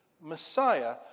Messiah